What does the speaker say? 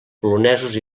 polonesos